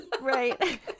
right